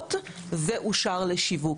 כזאת ואושר לשיווק.